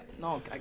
no